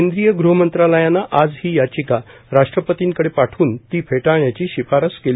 केंद्रीय गुहमंत्रालयानं आज ही याचिका राष्ट्रपतींकडे पाठवून ती फेटाळण्याची शिफारस केली होती